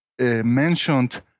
mentioned